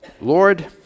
Lord